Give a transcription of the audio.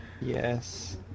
Yes